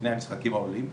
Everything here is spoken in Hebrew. לפני המשחקים האולימפיים,